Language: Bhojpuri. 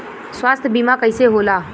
स्वास्थ्य बीमा कईसे होला?